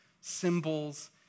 symbols